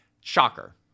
Shocker